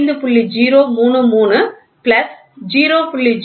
033 plus 0